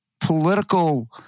political